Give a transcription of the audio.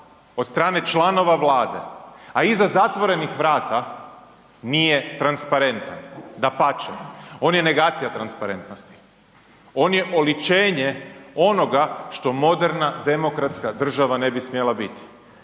od stane članova Vlade, a iza zatvorenih vrata nije transparentan. Dapače, on je negacija transparentnosti, on je oličenje onoga što moderna, demokratska država ne bi smjela biti.